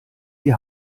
die